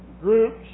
groups